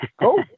cool